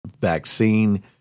vaccine